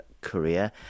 Korea